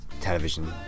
television